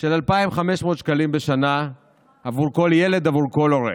של 2,500 שקלים בשנה עבור כל ילד, עבור כל הורה,